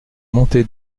montée